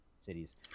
cities